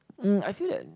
um I feel that